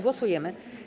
Głosujemy.